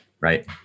Right